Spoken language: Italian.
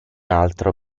altro